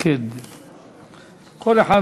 האי-אמון.